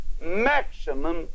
maximum